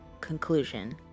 conclusion